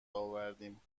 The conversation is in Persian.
آوردیم